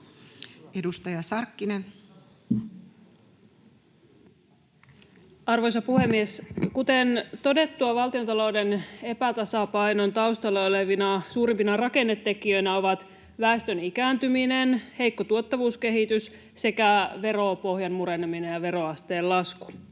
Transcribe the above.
16:26 Content: Arvoisa puhemies! Kuten todettua, valtiontalouden epätasapainon taustalla olevina suurimpina rakennetekijöinä ovat väestön ikääntyminen, heikko tuottavuuskehitys sekä veropohjan mureneminen ja veroasteen lasku.